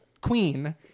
Queen